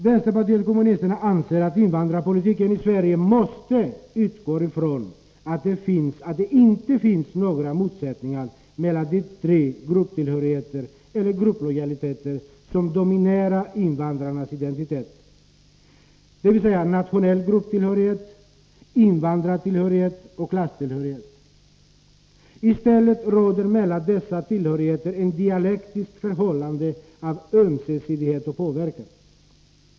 Vänsterpartiet kommunisterna anser att invandrarpolitiken i Sverige måste utgå från att det inte finns några motsättningar mellan de tre grupptillhörigheter, eller grupplojaliteter, som dominerar invandrarnas identitet: nationell grupptillhörighet, invandrartillhörighet och klasstillhörighet. I stället råder mellan dessa tillhörigheter ett dialektiskt förhållande av ömsesidighet och påverkan.